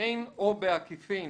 "במישרין או בעקיפין".